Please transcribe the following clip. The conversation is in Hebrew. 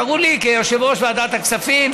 קרו לי, כיושב-ראש ועדת הכספים.